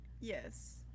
Yes